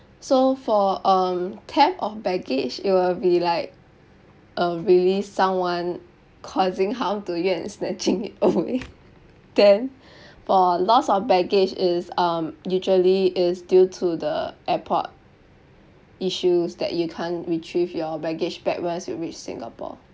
so for um theft of baggage it will be like uh really someone causing harm to you and snatching it away then for loss of baggage is um usually is due to the airport issues that you can't retrieve your baggage back once you reach singapore